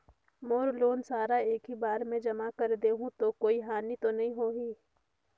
मोर loan सारा एकी बार मे जमा कर देहु तो कोई हानि तो नी होही?